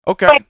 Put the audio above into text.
Okay